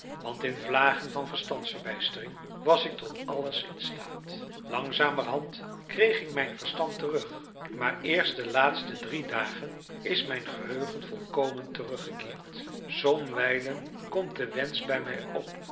want in vlagen van verstandsverbijstering was ik tot alles in staat langzamerhand kreeg ik mijn verstand terug maar eerst de laatste drie dagen is mijn geheugen volkomen teruggekeerd somwijlen komt de wensch bij mij op